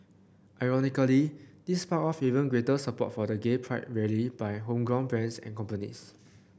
ironically this sparked off even greater support for the gay pride rally by homegrown brands and companies